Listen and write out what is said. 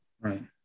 Right